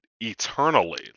eternally